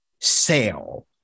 sale